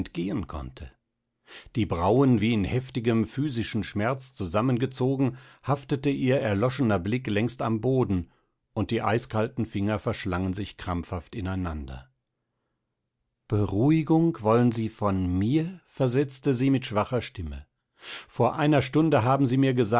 entgehen konnte die brauen wie in heftigem physischem schmerz zusammengezogen haftete ihr erloschener blick längst am boden und die eiskalten finger verschlangen sich krampfhaft ineinander beruhigung wollen sie von mir versetzte sie mit schwacher stimme vor einer stunde haben sie mir